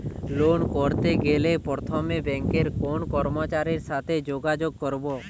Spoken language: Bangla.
লোন করতে গেলে প্রথমে ব্যাঙ্কের কোন কর্মচারীর সাথে যোগাযোগ করব?